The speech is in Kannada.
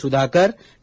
ಸುಧಾಕರ್ ಕೆ